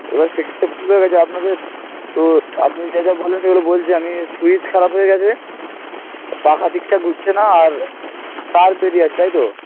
এবার সেক্ষেত্রে ভুল হয়ে গেছে আপনাদের তো আপনি যা যা মনে করে বলছেন আমি সুইচ খারাপ হয়ে গেছে পাখা ঠিকঠাক ঘুরছে না আর তার বেরিয়ে আছে তাই তো